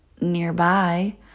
nearby